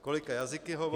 Kolika jazyky hovoří?